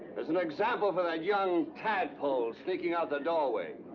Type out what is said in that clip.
as an example for that young tadpole sneaking out the doorway.